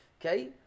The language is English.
Okay